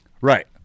Right